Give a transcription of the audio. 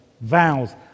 vows